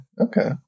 Okay